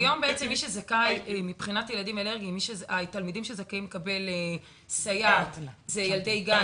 היום הילדים האלרגיים שזכאים לקבל סייעת הם ילדי גן